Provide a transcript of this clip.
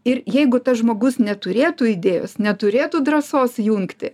ir jeigu tas žmogus neturėtų idėjos neturėtų drąsos jungti